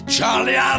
Charlie